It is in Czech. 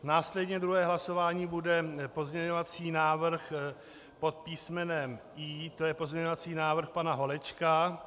Následně druhé hlasování bude pozměňovací návrh pod písmenem I, to je pozměňovací návrh pana Holečka.